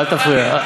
אל תפריע.